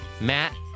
matt